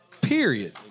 period